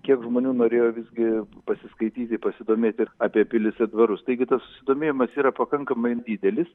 kiek žmonių norėjo visgi pasiskaityti pasidomėti apie pilis ir dvarus taigi tas susidomėjimas yra pakankamai didelis